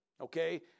Okay